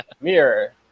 mirror